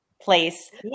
place